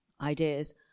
ideas